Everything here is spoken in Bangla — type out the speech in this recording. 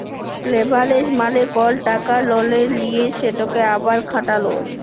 লেভারেজ মালে কল টাকা ললে লিঁয়ে সেটকে আবার খাটালো